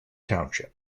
township